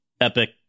epic